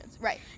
Right